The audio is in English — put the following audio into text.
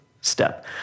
step